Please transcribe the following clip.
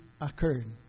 occurred